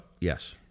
Yes